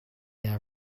air